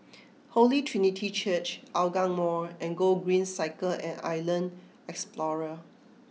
Holy Trinity Church Hougang Mall and Gogreen Cycle at Island Explorer